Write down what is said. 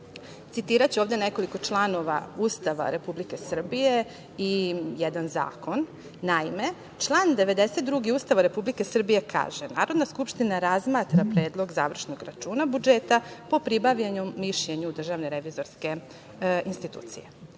Srbije. Citiraću ovde nekoliko članova Ustava Republike Srbije i jedan zakon. Naime, član 92. Ustava Republike Srbije kaže: „Narodna skupština razmatra predlog završnog računa budžeta po pribavljanju mišljenja DRI“. Nadalje,